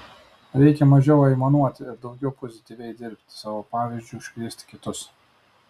reikia mažiau aimanuoti ir daugiau pozityviai dirbti savo pavyzdžiu užkrėsti kitus